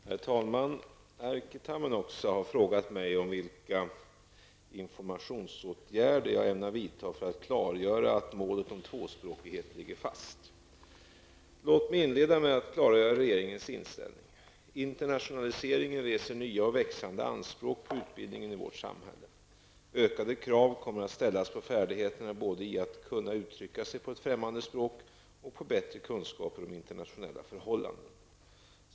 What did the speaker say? Herr talman! Erkki Tammenoksa har frågat mig om vilka informationsåtgärder jag ämnar vidta för att klargöra att målet om tvåspråkighet ligger fast. Låt mig inleda med att klargöra regeringens inställning. Internationaliseringen reser nya och växande anspråk på utbildningen i vårt samhälle. Ökade krav kommer att ställas på färdigheterna både i att kunna uttrycka sig på främmande språk och på bättre kunskaper om internationella förhållanden.